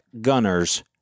gunners